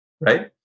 right